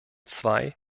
zwei